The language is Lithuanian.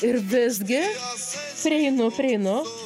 ir visgi prieinu prieinu